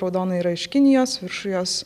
raudona yra iš kinijos viršuj jos